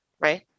right